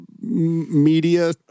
media